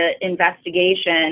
investigation